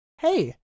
Hey